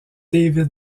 david